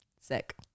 sick